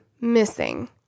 Missing